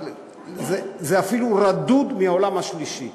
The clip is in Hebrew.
אבל זה אפילו רדוד מהעולם השלישי.